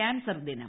cancer ദിനം